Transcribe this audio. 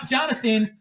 Jonathan